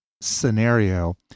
scenario